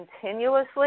continuously